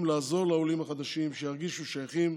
לעזור לעולים החדשים כדי שירגישו שייכים,